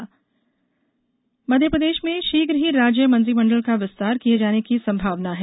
मंत्रिमंडल मध्यप्रदेश में शीघ्र ही राज्य मंत्रिमण्डल का विस्तार किये जाने की संभावना है